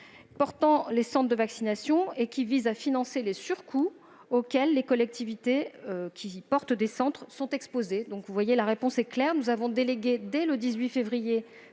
portant les centres de vaccination : elles visent à financer les surcoûts auxquels les collectivités qui mettent en place ces centres sont exposées. Vous le voyez, la réponse est claire. Nous avons affecté, dès le 18 février